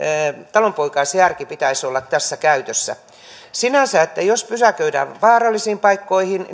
talonpoikaisjärki pitäisi olla tässä käytössä sinänsä jos pysäköidään vaarallisiin paikkoihin